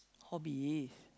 hobbies